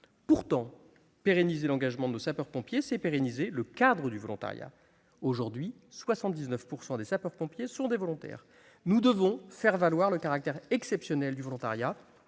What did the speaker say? pour pérenniser l'engagement des sapeurs-pompiers, il faut aussi pérenniser le cadre du volontariat. Aujourd'hui, 79 % des sapeurs-pompiers sont des volontaires. Nous devons faire valoir le caractère exceptionnel du volontariat